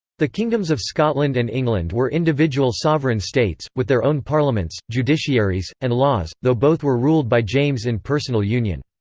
the kingdoms of scotland and england were individual sovereign states, with their own parliaments, judiciaries, and laws, though both were ruled by james in personal union.